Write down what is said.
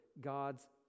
God's